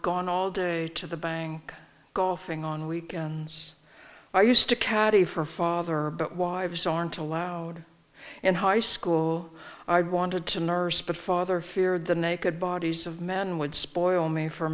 gone all day to the bank golfing on weekends i used to caddy for father but wives aren't allowed in high school i wanted to nurse but father feared the naked bodies of men would spoil me for